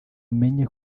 umenye